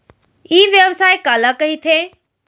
ई व्यवसाय काला कहिथे?